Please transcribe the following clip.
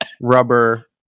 rubber